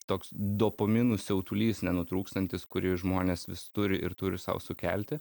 toks dopominų siautulys nenutrūkstantis kurį žmonės vis turi ir turi sau sukelti